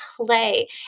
play